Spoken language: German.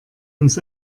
uns